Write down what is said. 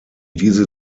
diese